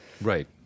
Right